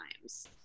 times